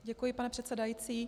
Děkuji, pane předsedající.